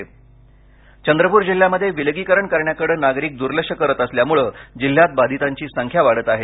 चंद्रपूर चंद्रपूर जिल्ह्यामध्ये विलगीकरण करण्याकडे नागरिक दुर्लक्ष करत असल्यामुळे जिल्ह्यात बांधितांची संख्या वाढत आहेत